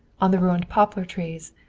on the ruined poplar trees,